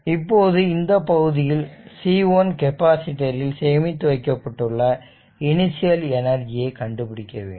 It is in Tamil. இப்போது இந்த பகுதியில் C1 கெப்பாசிட்டர் இல் சேமித்து வைக்கப்பட்டுள்ள இனிஷியல் எனர்ஜியை கண்டுபிடிக்க வேண்டும்